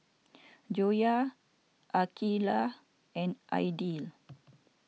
Joyah Aqeelah and Aidil